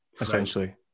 essentially